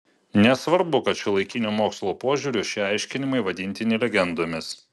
nesvarbu kad šiuolaikinio mokslo požiūriu šie aiškinimai vadintini legendomis